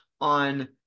on